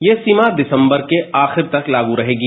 यह सीमा दिसंबर के आखिर तक लागू रहेगी